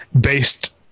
based